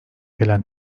gelen